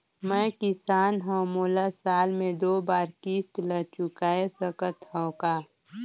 मैं किसान हव मोला साल मे दो बार किस्त ल चुकाय सकत हव का?